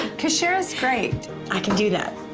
coach cheryl's great. i can do that.